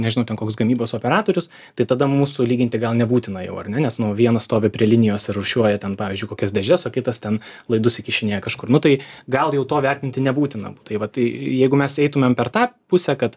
nežinau ten koks gamybos operatorius tai tada mūsų lyginti gal nebūtina jau ar ne nes nu vienas stovi prie linijos ir rūšiuoja ten pavyzdžiui kokias dėžes o kitas ten laidus įkišinėja kažkur nu tai gal jau to vertinti nebūtina tai va tai jeigu mes eitumėm per tą pusę kad